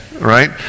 right